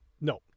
no